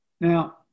Now